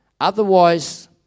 Otherwise